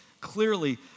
clearly